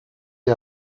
die